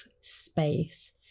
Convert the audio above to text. space